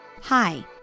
Hi